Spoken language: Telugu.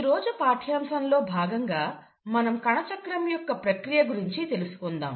ఈ రోజు పాఠ్యాంశంలో భాగంగా మనం కణచక్రం యొక్క ప్రక్రియ గురించి తెలుసుకుందాం